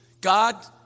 God